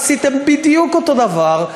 עשיתם בדיוק אותו הדבר,